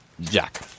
Jack